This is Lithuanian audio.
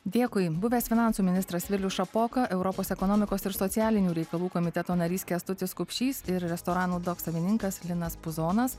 dėkui buvęs finansų ministras vilius šapoka europos ekonomikos ir socialinių reikalų komiteto narys kęstutis kupšys ir restoranų dock savininkas linas puzonas